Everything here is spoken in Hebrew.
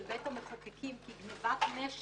בכך שגם המסר של בית המחוקקים כי גניבת נשק